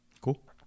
Cool